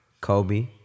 Kobe